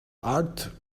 art